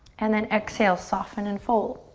and then exhale, soften and fold.